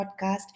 podcast